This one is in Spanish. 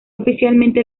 oficialmente